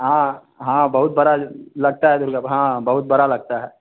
हाँ हाँ बहुत बड़ा लगता है दुर्गा हाँ बहुत बड़ा लगता है